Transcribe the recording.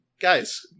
Guys